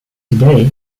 today